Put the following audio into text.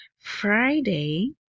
Friday